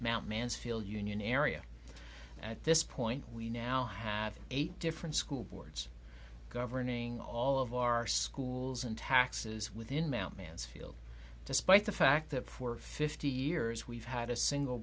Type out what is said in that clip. amount mansfield union area at this point we now have eight different school boards governing all of our schools and taxes within mt mansfield despite the fact that for fifty years we've had a single